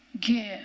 Give